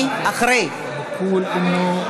ברשות יושבת-ראש